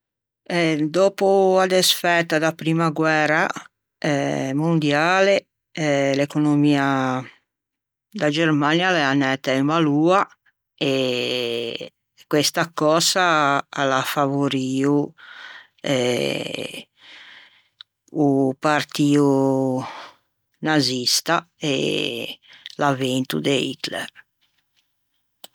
Eh dòppo a desfæta da primma guæra mondiale, l'economia da Germania a l'é anæta in maloa e questa cösa a l'à favorio o Partio Nazista e l'avvento de Hitler.